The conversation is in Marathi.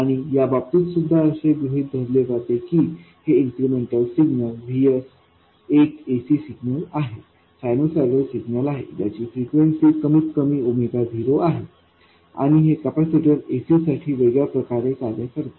आणि या बाबतीतसुद्धा असे गृहीत धरले जाते की हे इन्क्रिमेंटल सिग्नल VS एक ac सिग्नल आहे सायनुसायडल सिग्नल आहे ज्याची फ्रिक्वेन्सी कमीतकमी 0आहे आणि हे कॅपेसिटर ac साठी वेगळ्या प्रकारे कार्य करते